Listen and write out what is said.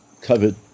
covered